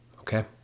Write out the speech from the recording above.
Okay